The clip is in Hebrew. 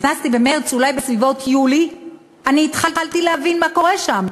נכנסתי במרס ואולי בסביבות יולי התחלתי להבין מה קורה שם,